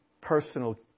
personal